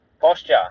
posture